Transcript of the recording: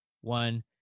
one